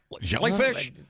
jellyfish